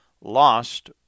lost